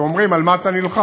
ואומרים: על מה אתה נלחם?